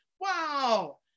Wow